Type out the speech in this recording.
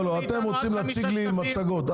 אתם רוצים להציג לי מצגות.